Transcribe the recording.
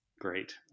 Great